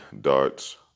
darts